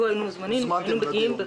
אם היינו מוזמנים היינו מגיעים.